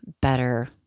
better